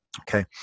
Okay